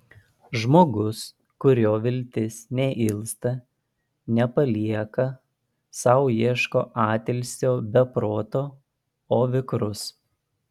žmogus kurio viltis neilsta nepalieka sau ieško atilsio be proto o vikrus